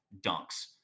dunks